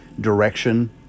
direction